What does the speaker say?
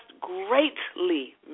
greatly